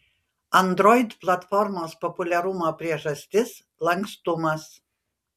android platformos populiarumo priežastis lankstumas